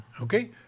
Okay